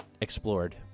explored